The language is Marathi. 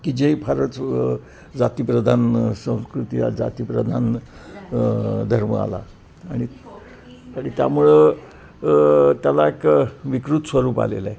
की जे फारच जातीप्रधान संस्कृतीला जातीप्रधान धर्म आला आणि आणि त्यामुळं त्याला एक विकृत स्वरूप आलेलं आहे